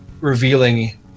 revealing